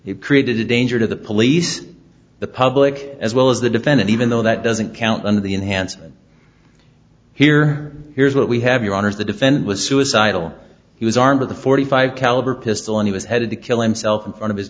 it created a danger to the police the public as well as the defendant even though that doesn't count on the enhancement here here's what we have your honor the defendant was suicidal he was armed with a forty five caliber pistol and he was headed to kill himself in front of his